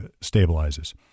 stabilizes